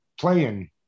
playing